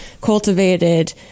cultivated